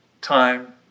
time